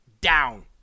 down